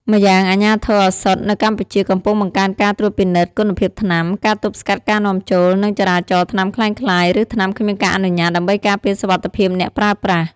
ម្យ៉ាងអាជ្ញាធរឱសថនៅកម្ពុជាកំពុងបង្កើនការត្រួតពិនិត្យគុណភាពថ្នាំ ការទប់ស្កាត់ការនាំចូល និងចរាចរណ៍ថ្នាំក្លែងក្លាយ ឬថ្នាំគ្មានការអនុញ្ញាត ដើម្បីការពារសុវត្ថិភាពអ្នកប្រើប្រាស់។